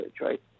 Right